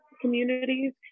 communities